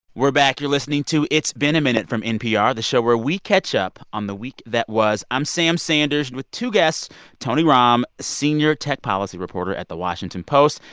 we're back. you're listening to it's been a minute from npr, the show where we catch up on the week that was. i'm sam sanders with two guests tony romm, senior tech policy reporter at the washington post,